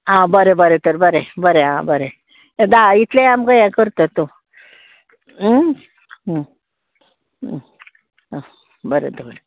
आं बरें बरें तर बरें बरें आं बरें धा इतलें आमकां हें कर तर तूं आं बरें दवर